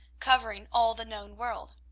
covering all the known world.